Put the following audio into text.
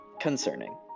Concerning